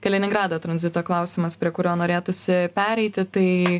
kaliningrado tranzito klausimas prie kurio norėtųsi pereiti tai